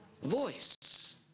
voice